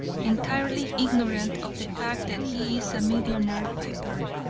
entirely ignorant of the fact that he is a millionaire by birth,